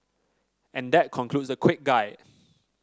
and that concludes the quick guide